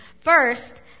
First